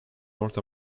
north